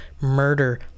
murder